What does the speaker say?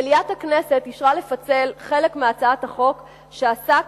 מליאת הכנסת אישרה לוועדה לפצל חלק מהצעת החוק שעוסק